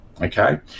Okay